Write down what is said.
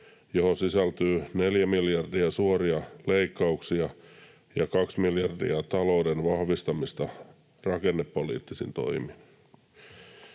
johon sisältyy 4 miljardia suoria leikkauksia ja 2 miljardia talouden vahvistamista rakennepoliittisin toimin.